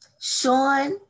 Sean